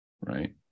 right